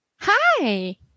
hi